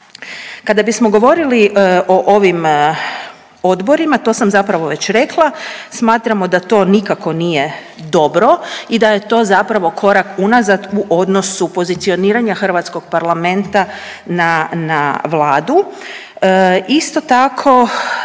Kada bismo govorili o ovim odborima, to sam zapravo već rekla, smatramo da to nikako nije dobro i da je to zapravo korak unazad u odnosu pozicioniranja hrvatskog parlamenta na vladu. Isto tako,